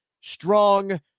strong